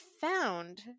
found